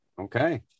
Okay